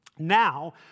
Now